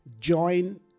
join